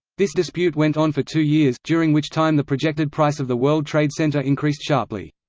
this dispute went on for two years, during which time the projected price of the world trade center increased sharply.